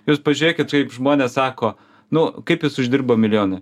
jūs pažiūrėkit kaip žmonės sako nu kaip jis uždirbo milijoną